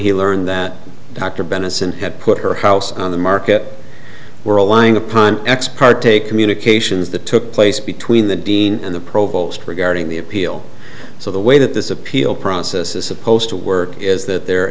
he learned that dr benison had put her house on the market we're relying upon ex parte communications that took place between the dean and the provost regarding the appeal so the way that this appeal process is supposed to work is that there